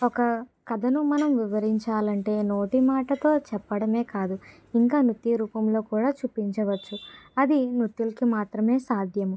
ఒక కథను మనము వివరించాలి అంటే నోటి మాటతో చెప్పడం కాదు ఇంకా నృత్య రూపంలో కూడా చూపించవచ్చు అది నృత్యులకు మాత్రమే సాధ్యం